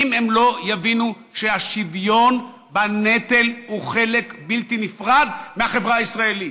אם הם לא יבינו שהשוויון בנטל הוא חלק בלתי נפרד מהחברה הישראלית.